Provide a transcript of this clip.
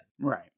Right